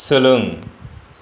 सोलों